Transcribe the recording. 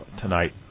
tonight